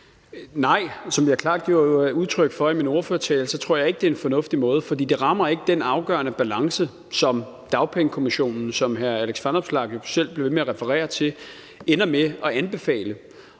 Nej. Som jeg klart gav udtryk for i min ordførertale, tror jeg ikke, det er en fornuftig måde, for det rammer ikke den afgørende balance, som Dagpengekommissionen, som hr. Alex Vanopslagh jo selv bliver ved med at referere til, ender med at anbefale.